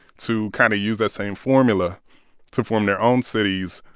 to kind of use that same formula to form their own cities,